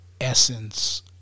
Essence